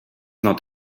not